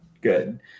good